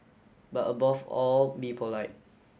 but above all be polite